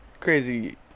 crazy